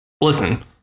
listen